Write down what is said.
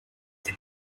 denn